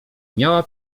miała